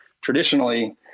traditionally